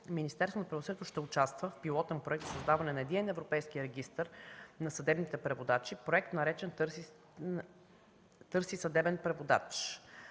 Министерството на правосъдието ще участва в пилотен проект за създаване на Единен европейски регистър на съдебните преводачи, наречен „Търси съдебен преводач”.